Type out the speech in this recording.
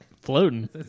Floating